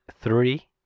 three